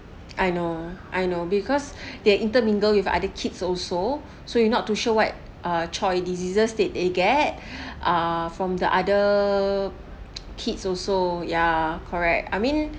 I know I know because they intermingled with other kids also so you not too sure what uh !choy! diseases that they get uh from the other kids also ya correct I mean